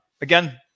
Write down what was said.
Again